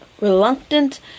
reluctant